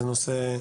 זה נושא,